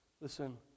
Listen